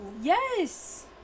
Yes